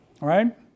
right